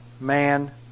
man